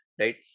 right